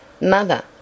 Mother